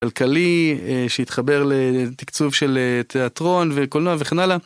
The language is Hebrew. כלכלי שהתחבר לתקצוב של תיאטרון וקולנוע וכן הלאה.